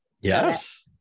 Yes